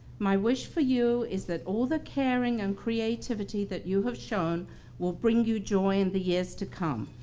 my wish for you is that all the caring and creativity that you have shown will bring you joy in the years to come.